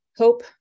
Hope